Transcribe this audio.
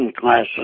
classes